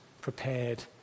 prepared